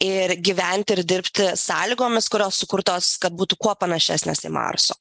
ir gyventi ir dirbti sąlygomis kurios sukurtos kad būtų kuo panašesnės į marso